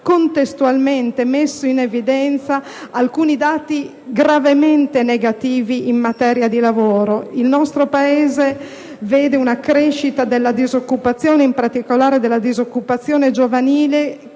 contestualmente messo in evidenza alcuni dati gravemente negativi in materia di lavoro. Il nostro Paese vede una crescita della disoccupazione, in particolare della disoccupazione giovanile,